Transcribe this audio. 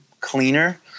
cleaner